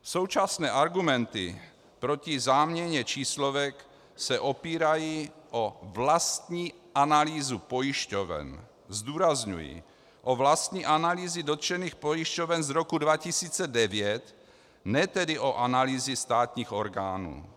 Současné argumenty proti záměně číslovek se opírají o vlastní analýzu pojišťoven zdůrazňuji, o vlastní analýzy dotčených pojišťoven z roku 2009, ne tedy o analýzy státních orgánů.